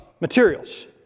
materials